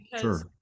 Sure